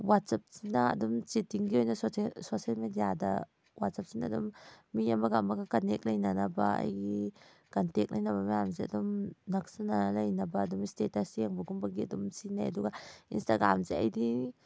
ꯋꯥꯠꯆꯞꯁꯤꯅ ꯑꯗꯨꯝ ꯆꯤꯠꯇꯤꯡꯒꯤ ꯑꯣꯏꯅ ꯁꯣꯁꯦꯜ ꯃꯦꯗꯤꯌꯥꯗ ꯋꯥꯆꯞꯁꯤꯅ ꯑꯗꯨꯝ ꯃꯤ ꯑꯃꯒ ꯑꯃꯒ ꯀꯟꯅꯦꯛ ꯂꯩꯅꯅꯕ ꯑꯩꯒꯤ ꯀꯟꯇꯦꯛ ꯂꯩꯅꯕ ꯃꯌꯥꯝꯁꯦ ꯑꯗꯨꯝ ꯅꯛꯁꯤꯟꯅꯔ ꯂꯩꯅꯕ ꯑꯗꯨꯝ ꯏꯁꯇꯦꯇꯁ ꯌꯦꯡꯕꯒꯨꯝꯕꯒꯤ ꯑꯗꯨꯝ ꯁꯤꯖꯤꯟꯅꯩ ꯑꯗꯨꯒ ꯏꯟꯁꯇꯥꯒ꯭ꯔꯥꯝꯁꯦ ꯑꯩꯗꯤ